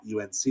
UNC